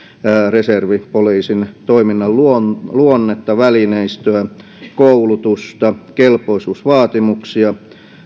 reservipoliisin toiminnan luonnetta luonnetta välineistöä koulutusta kelpoisuusvaatimuksia